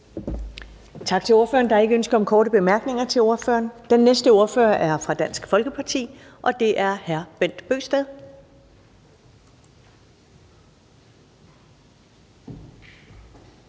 Tak til ordføreren. Der er ingen korte bemærkninger til ordføreren. Den næste ordfører kommer fra Dansk Folkeparti, og det er hr. Bent Bøgsted.